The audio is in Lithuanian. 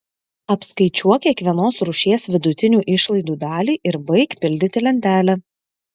apskaičiuok kiekvienos rūšies vidutinių išlaidų dalį ir baik pildyti lentelę